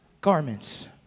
garments